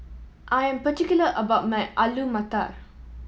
I am particular about my Alu Matar